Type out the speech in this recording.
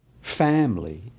Family